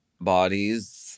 bodies